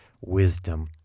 wisdom